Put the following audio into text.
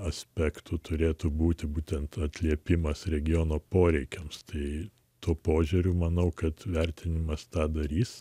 aspektų turėtų būti būtent atliepimas regiono poreikiams tai tuo požiūriu manau kad vertinimas tą darys